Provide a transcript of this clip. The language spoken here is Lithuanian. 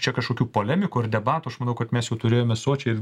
čia kažkokių polemikų ir debatų aš manau kad mes jų turėjome sočiai ir